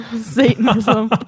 Satanism